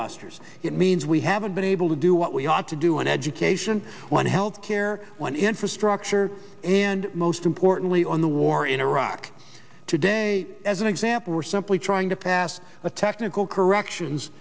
busters it means we haven't been able to do what we ought to do on education on health care one infrastructure and most importantly on the war in iraq today as an example we're simply trying to pass a technical corrections